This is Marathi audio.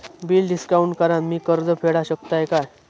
बिल डिस्काउंट करान मी कर्ज फेडा शकताय काय?